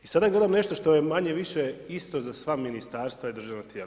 I sada gledam nešto što je manje više isto za sva ministarstva i državna tijela.